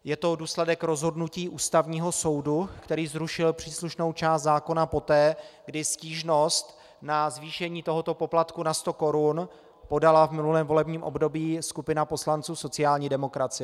Je to důsledek rozhodnutí Ústavního soudu, který zrušil příslušnou část zákona poté, kdy stížnost na zvýšení tohoto poplatku na 100 korun podala v minulém období skupina poslanců sociální demokracie.